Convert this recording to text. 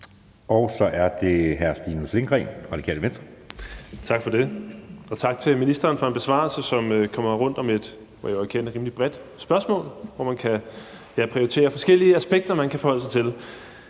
Venstre. Kl. 18:05 Stinus Lindgreen (RV): Tak for det. Og tak til ministeren for en besvarelse, som kommer rundt om et, må jeg jo erkende, rimelig bredt spørgsmål, hvor man kan prioritere forskellige aspekter, man så kan forholde sig til.